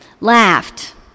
laughed